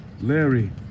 Larry